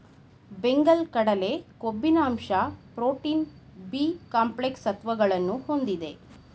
ಬೆಂಗಲ್ ಕಡಲೆ ಕೊಬ್ಬಿನ ಅಂಶ ಪ್ರೋಟೀನ್, ಬಿ ಕಾಂಪ್ಲೆಕ್ಸ್ ಸತ್ವಗಳನ್ನು ಹೊಂದಿದೆ